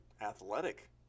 athletic